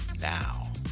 Now